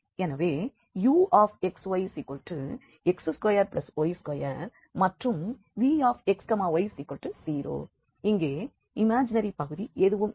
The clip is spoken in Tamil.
எனவே uxyx2y2 மற்றும் vxy0 இங்கே இமாஜினரி பகுதி எதுவும் இல்லை